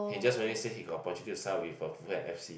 he just only say he got opportunity to sell with a fulham F_C